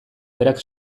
berak